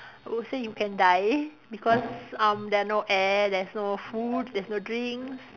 I would say you can die because um there are no air there's no food there's no drinks